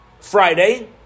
Friday